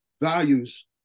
values